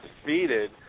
defeated